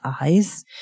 eyes